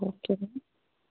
okay ਜੀ